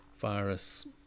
virus